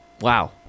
Wow